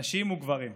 נשים וגברים.